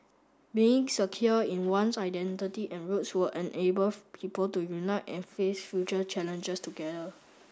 being secure in one's identity and roots will enable of people to unite and face future challenges together